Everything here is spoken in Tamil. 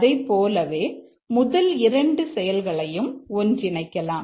அதைப்போலவே முதலிரண்டு செயல்களையும் ஒன்றிணைக்கலாம்